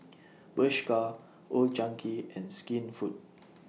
Bershka Old Chang Kee and Skinfood